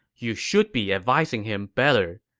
you should be advising him better.